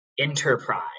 enterprise